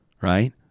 Right